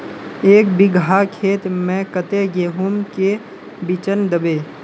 एक बिगहा खेत में कते गेहूम के बिचन दबे?